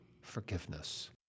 forgiveness